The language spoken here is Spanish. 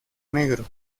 negro